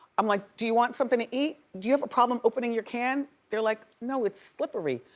i'm like, do you want something to eat? do you have a problem opening your can. they're like, no, it's slippery.